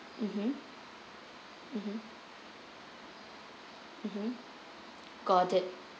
mmhmm mmhmm mmhmm got it